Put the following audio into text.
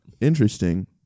Interesting